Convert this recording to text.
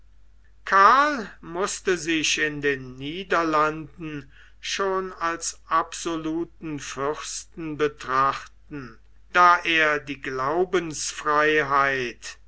karl mußte sich in den niederlanden schon als absoluten fürsten betrachten da er die glaubensfreiheit